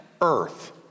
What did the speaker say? Earth